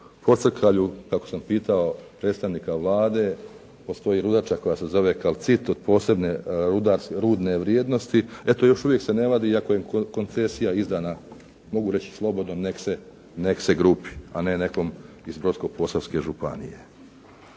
Pocrkalju kako sam pitao predstavnika Vlade, postoji rudača koja se zove kalcit od posebne rudne vrijednosti. Eto još uvijek se ne vadi, iako je koncesija izdana, mogu reći slobodno nek' se grupi, a ne nekom iz Brodsko-posavske županije.